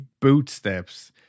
bootsteps